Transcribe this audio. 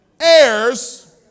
heirs